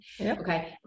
okay